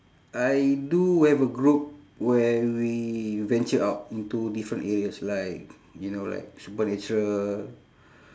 I do have a group where we venture out into different areas like you know like supernatural